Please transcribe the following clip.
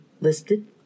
listed